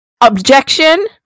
Objection